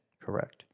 Correct